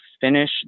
finish